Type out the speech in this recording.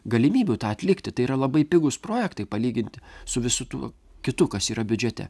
galimybių tą atlikti tai yra labai pigūs projektai palyginti su visu tuo kitu kas yra biudžete